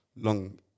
long